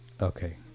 Okay